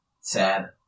sad